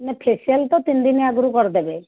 ନା ଫେସିଆଲ୍ ତ ତିନିଦିନ ଆଗରୁ କରିଦେବେ